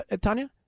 Tanya